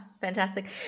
fantastic